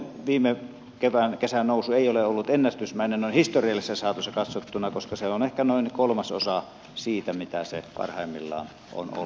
lohen viime kevään kesän nousu ei ole ollut ennätysmäinen noin historiallisessa saatossa katsottuna koska se on ehkä noin kolmasosa siitä mitä se parhaimmillaan o